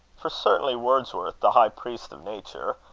for, certainly, wordsworth, the high-priest of nature,